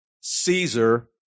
Caesar